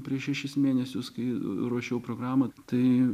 prieš šešis mėnesius kai ruošiau programą tai